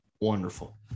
Wonderful